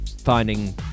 finding